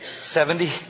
Seventy